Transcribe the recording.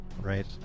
right